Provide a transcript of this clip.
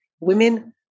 Women